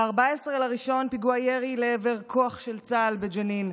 ב-14 בינואר, פיגוע ירי לעבר כוח של צה"ל בג'נין,